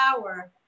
power